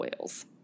oils